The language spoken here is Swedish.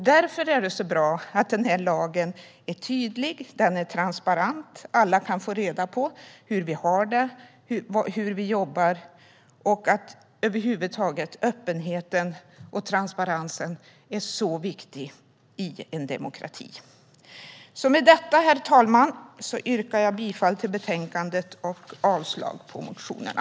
Därför är det så bra att denna lag är tydlig och transparent. Alla kan få reda på hur vi har det och hur vi jobbar. Öppenhet och transparens är över huvud taget så viktigt i en demokrati. Med detta, herr talman, yrkar jag bifall till förslaget i betänkandet och avslag på motionerna.